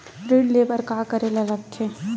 ऋण ले बर का करे ला लगथे?